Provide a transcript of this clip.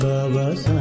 Baba